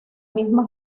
misma